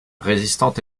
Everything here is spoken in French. résistante